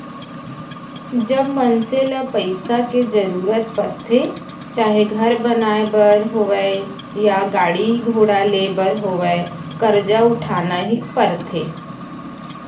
जब मनसे ल पइसा के जरुरत परथे चाहे घर बनाए बर होवय या गाड़ी घोड़ा लेय बर होवय करजा उठाना ही परथे